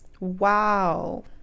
wow